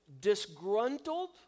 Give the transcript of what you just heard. disgruntled